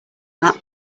done